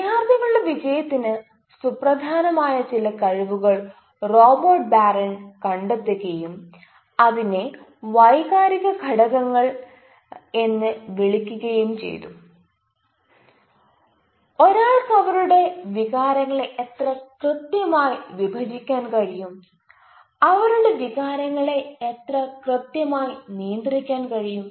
വിദ്യാർത്ഥികളുടെ വിജയത്തിന് സുപ്രധാനമായ ചില കഴിവുകൾ റോബർട്ട് ബാരൺ കണ്ടെത്തുകയും അതിനെ വൈകാരിക ഘടകങ്ങൾ എന്ന് വിളിക്കുകയും ചെയ്തു ഒരാൾക്ക് അവരുടെ വികാരങ്ങളെ എത്ര കൃത്യമായി വിഭജിക്കാൻ കഴിയും അവരുടെ വികാരങ്ങളെ എത്ര കൃത്യമായി നിയന്ത്രിക്കാൻ കഴിയും